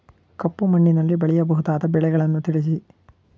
ಕಪ್ಪು ಮಣ್ಣಿನಲ್ಲಿ ಬೆಳೆಯಬಹುದಾದ ಬೆಳೆಗಳನ್ನು ತಿಳಿಸಿ?